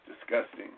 disgusting